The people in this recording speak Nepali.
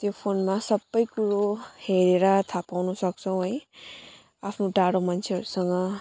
त्यो फोनमा सबै कुरो हेरेर थाहा पाउन सक्छौँ है आफ्नो टाढो मान्छेहरूसँग